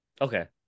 okay